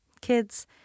Kids